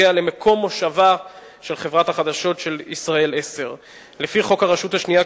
מקום מושבה של חברת החדשות של "ישראל 10". לפי חוק הרשות השנייה,